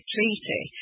Treaty